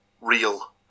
real